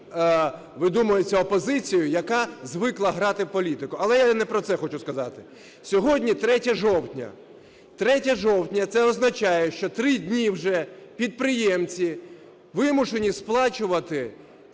видумуються опозицією, яка звикла грати в політику. Але я не про це хочу сказати. Сьогодні 3 жовтня, 3 жовтня – це означає, що 3 дні вже підприємці вимушені сплачувати